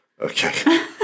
Okay